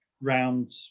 round